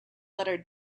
letter